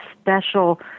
special